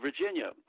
Virginia